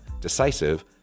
decisive